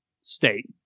state